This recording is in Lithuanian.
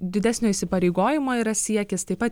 didesnio įsipareigojimo yra siekis taip pat